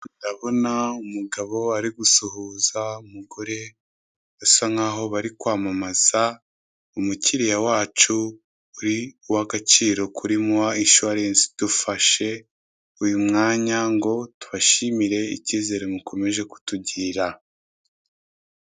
Ndabona umugabo arigusuhuza umugore bisa nk'aho bari kwamamaza mukiriya wacu uri uwagaciro kuri muwa incuwarensi, dufashe uyu mwanya ngo tubashimire ikizere mukomeje kutugirira.